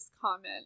comment